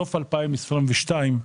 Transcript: סוף 2022,